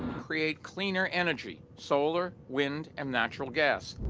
create cleaner energy, solar, wind and natural gas.